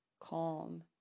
calm